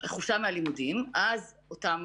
מלימודים ואז אותם